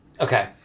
Okay